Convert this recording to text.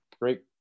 Great